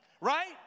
Right